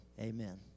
amen